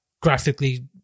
graphically